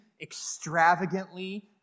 extravagantly